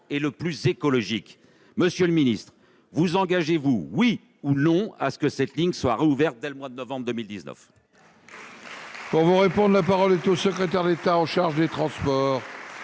et le plus écologique. Monsieur le secrétaire d'État, vous engagez-vous, oui ou non, à ce que cette ligne soit rouverte dès le mois de novembre 2019 ?